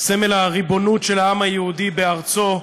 סמל הריבונות של העם היהודי בארצו,